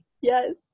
Yes